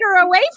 away